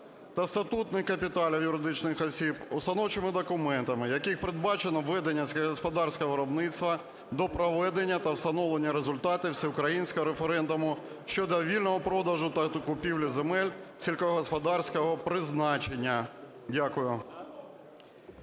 до статутних капіталів юридичних осіб, установчими документами яких передбачено ведення сільськогосподарського виробництва, до проведення та встановлення результатів всеукраїнського референдуму щодо вільного продажу та купівлі земель сільськогосподарського призначення". Дякую.